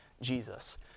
Jesus